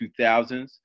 2000s